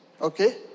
okay